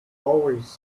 always